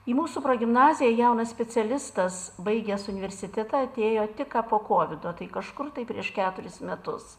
į mūsų progimnaziją jaunas specialistas baigęs universitetą atėjo tik ką po kovido tai kažkur tai prieš keturis metus